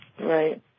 right